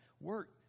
work